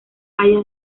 haya